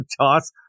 toss